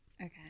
okay